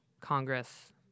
congress